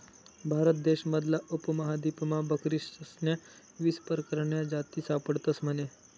भारत देश मधला उपमहादीपमा बकरीस्न्या वीस परकारन्या जाती सापडतस म्हने